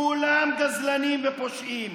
כולם גזלנים ופושעים,